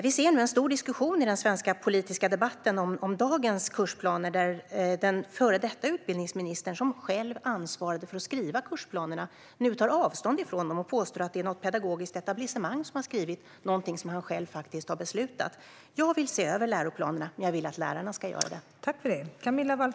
Vi ser nu en stor diskussion i den svenska politiska debatten om dagens kursplaner, där den före detta utbildningsministern, som själv ansvarade för att skriva kursplanerna, nu tar avstånd från dem och påstår att det är något politiskt etablissemang som har skrivit det som han själv faktiskt har beslutat. Jag vill se över läroplanerna, men jag vill att lärarna ska göra det.